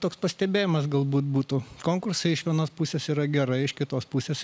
toks pastebėjimas galbūt būtų konkursai iš vienos pusės yra gerai iš kitos pusės